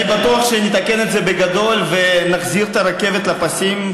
אני בטוח שנתקן את זה בגדול ונחזיר את הרכבת לפסים,